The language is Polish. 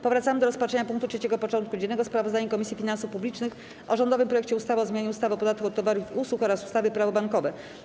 Powracamy do rozpatrzenia punktu 3. porządku dziennego: Sprawozdanie Komisji Finansów Publicznych o rządowym projekcie ustawy o zmianie ustawy o podatku od towarów i usług oraz ustawy - Prawo bankowe.